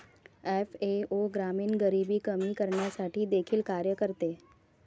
FAO ग्रामीण गरिबी कमी करण्यासाठी देखील कार्य करते